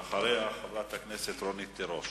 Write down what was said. ואחריה, חברת הכנסת רונית תירוש.